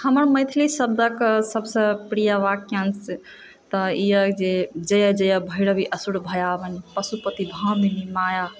हमर मैथिली शब्दके सबसँ प्रिय वाक्यांश तऽ ई यऽ जे जय जय भैरवी असुर भयाउनि पशुपति भामिनि माया